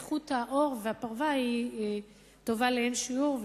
איכות העור והפרווה היא טובה לאין שיעור,